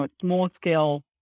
small-scale